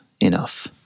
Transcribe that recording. enough